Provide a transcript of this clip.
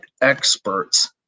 experts